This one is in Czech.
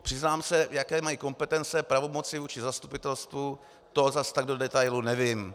Přiznám se, jaké mají kompetence, pravomoci vůči zastupitelstvu, to zase tak do detailu nevím.